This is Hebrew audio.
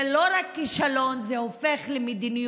זה לא רק כישלון, זה הופך למדיניות,